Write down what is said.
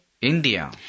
India